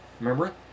Remember